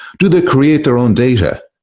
do they create their own data?